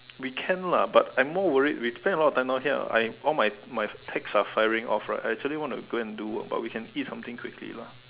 we can lah but I'm more worried we spend a lot of time down here I all my all my text are firing off right actually I want to go and do work but we can eat something quickly lah